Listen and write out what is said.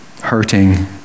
hurting